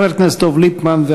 חבר הכנסת דב ליפמן,